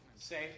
Say